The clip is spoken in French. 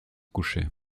coucher